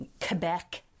quebec